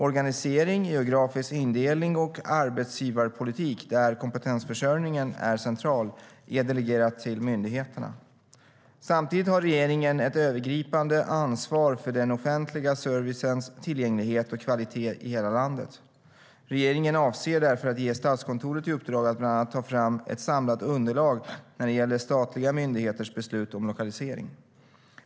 Organisering, geografisk indelning och arbetsgivarpolitik, där kompetensförsörjningen är central, är delegerat till myndigheterna. Samtidigt har regeringen ett övergripande ansvar för den offentliga servicens tillgänglighet och kvalitet i hela landet. Regeringen avser därför att ge Statskontoret i uppdrag att bland annat ta fram ett samlat underlag när det gäller statliga myndigheters beslut om lokalisering.